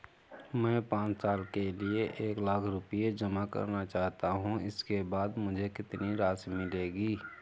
मैं पाँच साल के लिए एक लाख रूपए जमा करना चाहता हूँ इसके बाद मुझे कितनी राशि मिलेगी?